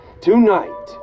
Tonight